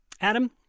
Adam